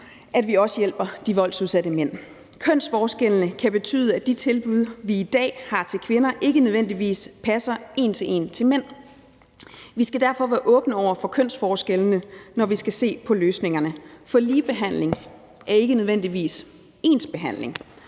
at vi også hjælper de voldsudsatte mænd. Kønsforskelle kan betyde, at de tilbud, vi i dag har til kvinder, ikke nødvendigvis passer en til en til mænd. Vi skal derfor være åbne over for kønsforskelle, når vi skal se på løsningerne, for ligebehandling er ikke nødvendigvis ens behandling,